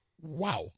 wow